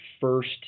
first